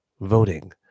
voting